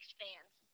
fans